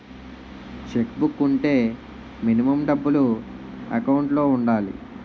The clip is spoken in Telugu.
చెక్ బుక్ వుంటే మినిమం డబ్బులు ఎకౌంట్ లో ఉండాలి?